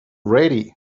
ready